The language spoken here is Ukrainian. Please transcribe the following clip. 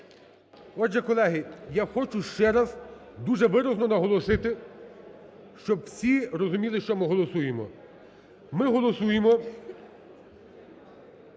Отже, колеги, я хочу ще раз дуже виразно наголосити, щоб всі розуміли, що ми голосуємо. Ми голосуємо